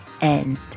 end